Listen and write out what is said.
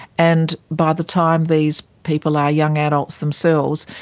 and by the time these people are young adults themselves,